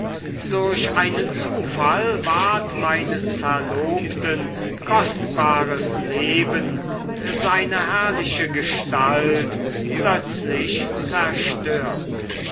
durch einen zufall ward meines verlobten kostbares leben seine herrliche gestalt plötzlich zerstört